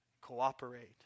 cooperate